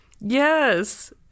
Yes